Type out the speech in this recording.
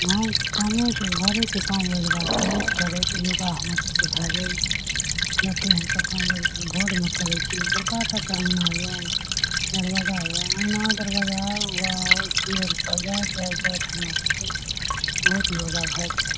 काम कामेके घरेके काम रोजगार करैत करैत योगा हमर सभके भए जाइए जतेक हमसभ काम रोजगार घरमे करै छी बड़काटा के अँगना यऽ दरवाजा यऽ अँगना दरवाजा एगो आओर ट्यूबवेलपर जाइत जाइत जाइत हमर सभके बहुत योगा भए जाइए